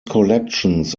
collections